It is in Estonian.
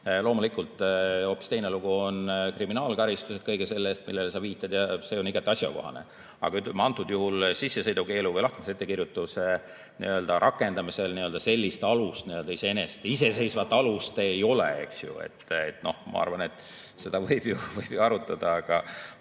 Loomulikult hoopis teine lugu on kriminaalkaristused kõige selle eest, millele sa viitad, ja see on igati asjakohane. Antud juhul sissesõidukeelu või lahkumisettekirjutuse rakendamisel sellist iseseisvat alust ei ole. Ma arvan, et seda võib ju arutada, aga